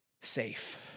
safe